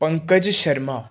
Pankaj Sharma